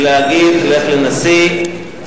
ולהגיד: לך לנשיא,